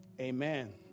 Amen